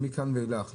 מכאן ואילך,